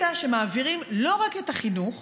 שמעבירים לא רק את החינוך